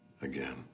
again